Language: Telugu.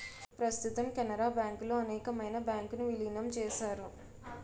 ప్రస్తుతం కెనరా బ్యాంకులో అనేకమైన బ్యాంకు ను విలీనం చేశారు